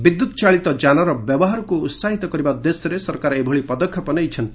ବିଦ୍ୟତ୍ଚାଳିତ ଯାନର ବ୍ୟବହାରକୁ ଉହାହିତ କରିବା ଉଦ୍ଦେଶ୍ୟରେ ସରକାର ଏଭଳି ପଦକ୍ଷେପ ନେଇଛନ୍ତି